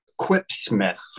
quipsmith